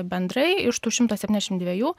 bendrai iš tų šimto septyniasdešimt dviejų